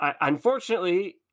Unfortunately